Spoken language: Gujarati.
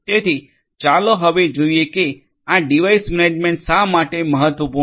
તેથી ચાલો હવે જોઈએ કે આ ડિવાઇસ મેનેજમેન્ટ શા માટે મહત્વપૂર્ણ છે